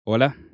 Hola